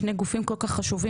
שני גופים כל כך חשובים,